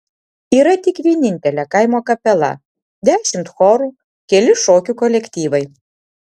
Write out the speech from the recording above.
yra tik vienintelė kaimo kapela dešimt chorų keli šokių kolektyvai